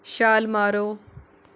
ਛਾਲ ਮਾਰੋ